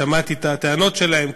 שמעתי את הטענות שלהם,